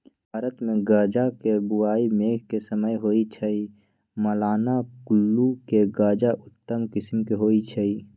भारतमे गजा के बोआइ मेघ के समय होइ छइ, मलाना कुल्लू के गजा उत्तम किसिम के होइ छइ